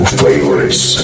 favorites